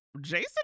Jason